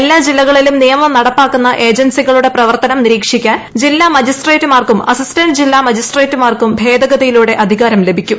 എല്ലാ ജില്ലകളിലും നിയമം നടപ്പാക്കുന്ന ഏജൻസികളുടെ പ്രവർത്തനം നിരീക്ഷിക്കാൻ ജില്ല മജിസ്ട്രേറ്റുമാർക്കും അസിസ്റ്റന്റ ജില്ല മജിസ്ട്രേറ്റുമാർക്കും ഭേദഗതിയിലൂടെ അധികാരം ലഭിക്കും